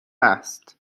است